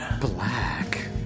Black